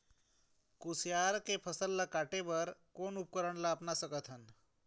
कुसियार के फसल ला काटे बर कोन उपकरण ला अपना सकथन?